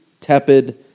tepid